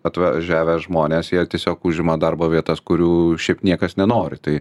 atvažiavę žmonės jie tiesiog užima darbo vietas kurių šiaip niekas nenori tai